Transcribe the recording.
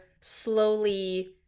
slowly